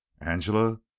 Angela